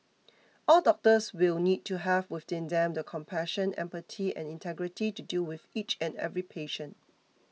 all doctors will need to have within them the compassion empathy and integrity to deal with each and every patient